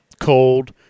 cold